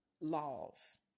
laws